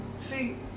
See